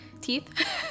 teeth